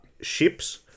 ship's